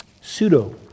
Pseudo